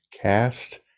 cast